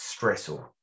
stressor